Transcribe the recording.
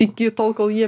iki tol kol jie